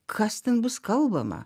kas ten bus kalbama